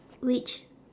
which